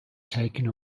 taken